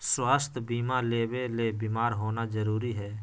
स्वास्थ्य बीमा लेबे ले बीमार होना जरूरी हय?